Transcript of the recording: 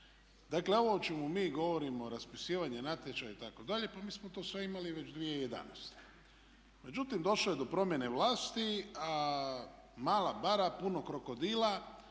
Dakle, ovo o čemu mi govorimo, raspisivanje natječaja itd. pa mi smo to sve imali već 2011. Međutim, došlo je do promjene vlasti a mala bara i puno krokodila